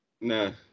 No